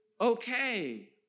Okay